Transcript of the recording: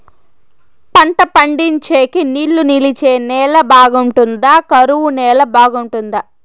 పంట పండించేకి నీళ్లు నిలిచే నేల బాగుంటుందా? కరువు నేల బాగుంటుందా?